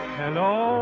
hello